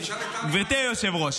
גברתי היושב-ראש.